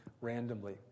randomly